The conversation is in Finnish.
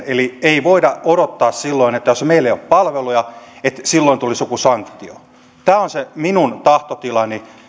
eli ei voida odottaa että silloin jos meillä ei ole palveluja tulisi joku sanktio tämä on se minun tahtotilani pitääkö